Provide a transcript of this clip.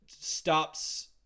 stops